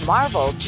Marvel